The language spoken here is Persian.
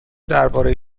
درباره